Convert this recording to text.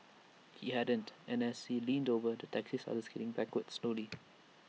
he hadn't and as he leaned over the taxi started sliding backwards slowly